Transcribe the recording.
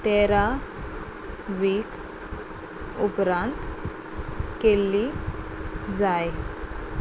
तेरा वीक उपरांत केल्ली जाय